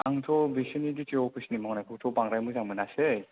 आंथ' बिसिनि D T O अफिसनि मावनायखौथ' बांद्राय मोजां मोनासै